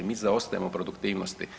Mi zaostajemo u produktivnosti.